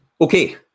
okay